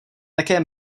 také